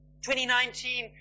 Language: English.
2019